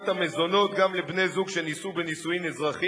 המזונות גם לבני-זוג שנישאו בנישואין אזרחיים,